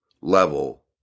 level